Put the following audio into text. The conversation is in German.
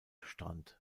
strand